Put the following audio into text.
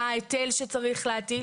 מה ההיטל שצריך להטיל,